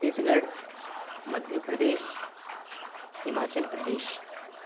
Chhattisgarh Madhya Pradesh Himachal Pradesh